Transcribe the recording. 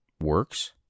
works